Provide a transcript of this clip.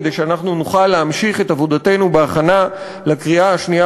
כדי שנוכל להמשיך את עבודתנו בהכנה לקריאה השנייה